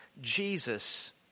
Jesus